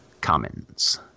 commons